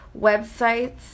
websites